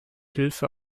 hilfe